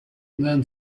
than